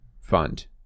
fund